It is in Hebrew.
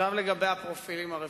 לגבי הפרופילים הרפואיים,